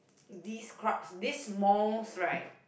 this crowd this mosque right